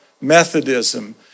Methodism